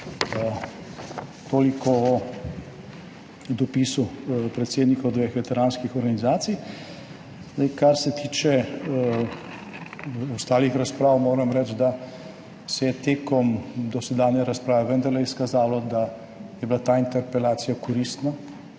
Toliko o dopisu predsednikov dveh veteranskih organizacij. Kar se tiče ostalih razprav, moram reči, da se je med dosedanjo razpravo vendarle izkazalo, da je bila ta interpelacija koristna.